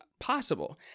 possible